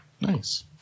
nice